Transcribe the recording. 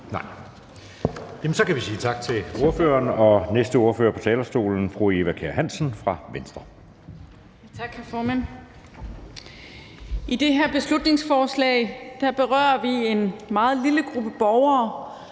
Søe): Så kan vi sige tak til ordføreren, og næste ordfører på talerstolen er fru Eva Kjer Hansen fra Venstre. Kl. 20:09 (Ordfører) Eva Kjer Hansen (V): Tak, hr. formand. I det her beslutningsforslag berører vi en meget lille gruppe borgere,